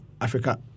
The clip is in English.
Africa